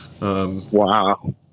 Wow